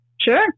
Sure